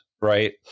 right